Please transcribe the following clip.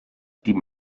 die